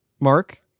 Mark